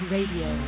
Radio